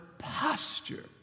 Posture